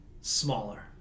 smaller